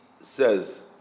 says